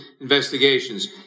investigations